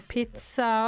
Pizza